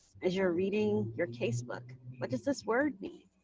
as you're reading your case book, what does this word mean?